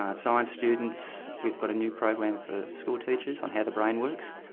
ah science students. we've got a new program for school teachers on how the brain works,